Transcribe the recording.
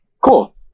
cool